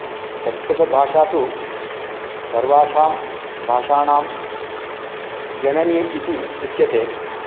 संस्कृतभाषा तु सर्वासां भाषाणां जननी इति उच्यते